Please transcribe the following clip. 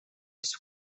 есть